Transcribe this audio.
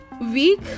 week